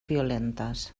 violentes